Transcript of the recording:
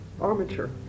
armature